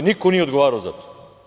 Niko nije odgovarao za to.